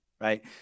Right